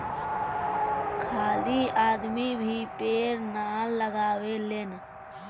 खाली आदमी भी पेड़ ना लगावेलेन